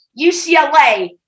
UCLA